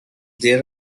their